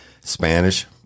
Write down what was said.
Spanish